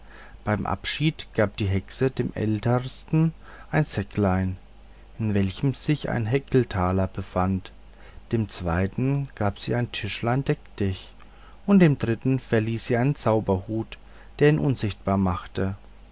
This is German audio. beim abschied gab die hexe dem ältesten einen säckel in welchem sich ein hecktaler befand dem zweiten gab sie ein tischchen deck dich und dem dritten verlieh sie einen zauberhut der ihn unsichtbar machte